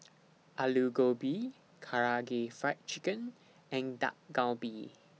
Alu Gobi Karaage Fried Chicken and Dak Galbi